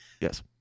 Yes